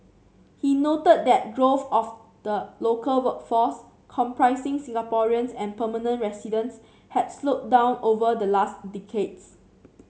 he noted that growth of the local workforce comprising Singaporeans and permanent residents had slowed down over the last decades